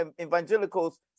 evangelicals